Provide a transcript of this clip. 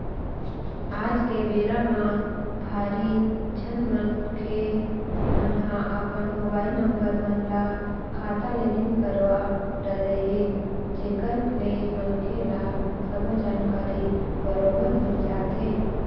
आज के बेरा म भारी झन मनखे मन ह अपन मोबाईल नंबर मन ल खाता ले लिंक करवा डरे हे जेकर ले मनखे ल सबो जानकारी बरोबर मिल जाथे